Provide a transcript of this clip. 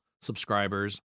subscribers